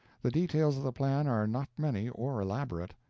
the details of the plan are not many or elaborate.